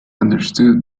understood